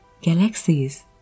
Galaxies